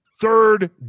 third